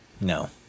No